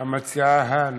המציעה הנוספת.